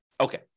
Okay